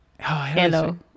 Hello